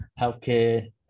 healthcare